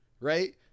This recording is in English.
right